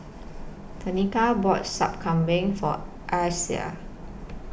Tenika bought Sup Kambing For Asa